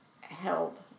held